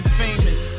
famous